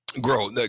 grow